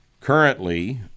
currently